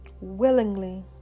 willingly